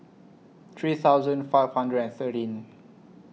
three thousand five hundred and thirteen